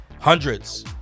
hundreds